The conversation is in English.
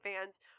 fans